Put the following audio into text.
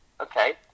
Okay